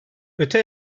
öte